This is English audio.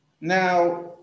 Now